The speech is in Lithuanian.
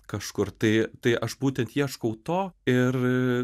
kažkur tai tai aš būtent ieškau to ir